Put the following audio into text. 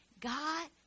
God